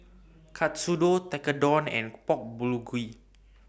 Katsudon Tekkadon and Pork Bulgogi